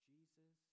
Jesus